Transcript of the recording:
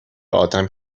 آدم